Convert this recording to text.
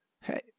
Hey